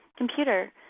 computer